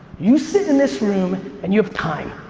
you sit in this room and you have time.